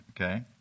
okay